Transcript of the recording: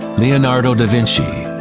leonardo da vinci,